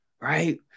right